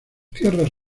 tierras